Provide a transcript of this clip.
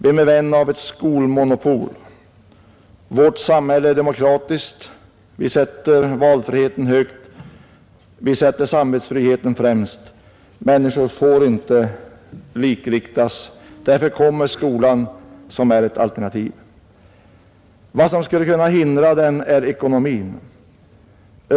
Vem är vän av ett skolmonopol? Vårt samhälle är demokratiskt. Vi sätter valfriheten högt. Vi sätter samvetsfriheten främst. Människor får inte likriktas. Därför kommer skolan som är ett alternativ. Vad som skulle kunna hindra det är ekonomin.